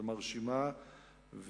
ומרשימה,